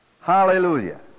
Hallelujah